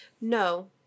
No